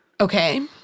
Okay